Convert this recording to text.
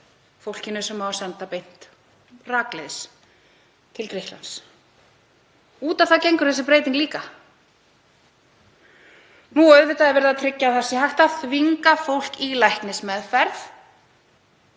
fólkinu sem á að senda rakleiðis til Grikklands. Út á það gengur þessi breyting líka. Auðvitað er verið að tryggja að hægt sé að þvinga fólk í læknismeðferð,